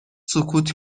سکوت